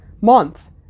months